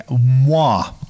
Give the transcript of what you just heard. moi